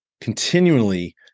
Continually